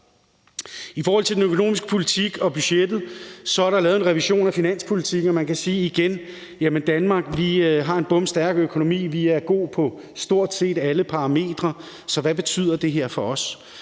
I forhold til den økonomiske politik og budgettet er der lavet en revision af finanspolitikken. Man kan igen sige, at Danmark har en bomstærk økonomi. Vi er god på stort set alle parametre, så hvad betyder det her for os?